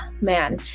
man